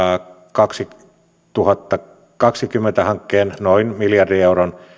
kaksituhattakaksikymmentä hankkeen noin miljardin euron